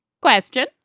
Question